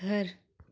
घर